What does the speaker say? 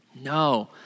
No